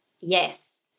Yes